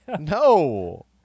No